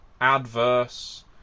adverse